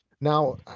Now